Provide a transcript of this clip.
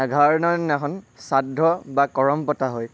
এঘাৰ দিনৰ দিনাখন শ্ৰাদ্ধ বা কৰম পতা হয়